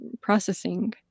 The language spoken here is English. processing